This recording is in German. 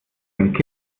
sind